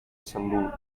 saloon